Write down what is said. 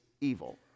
evil